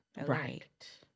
Right